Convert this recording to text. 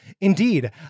Indeed